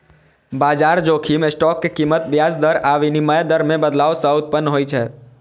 बाजार जोखिम स्टॉक के कीमत, ब्याज दर आ विनिमय दर मे बदलाव सं उत्पन्न होइ छै